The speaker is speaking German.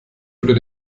fülle